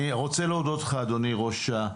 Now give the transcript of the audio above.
אני רוצה להודות לך, אדוני ראש העיר.